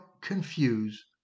confuse